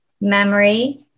memory